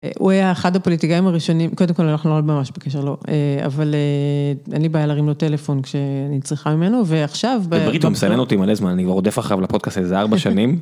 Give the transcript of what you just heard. הוא היה אחד הפוליטיקאים הראשונים, קודם כל אנחנו לא ממש בקשר, לא, אבל אין לי בעיה להרים לו טלפון כשאני צריכה ממנו ועכשיו. אורית, הוא מסנן אותי כבר מלא זמן, אני רודף אחריו לפודקאסט הזה איזה 4 שנים.